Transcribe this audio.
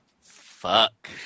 Fuck